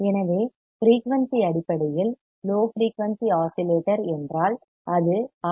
எனவே ஃபிரெயூனிசி அடிப்படையில் low frequency oscillator என்றால் அது ஆர்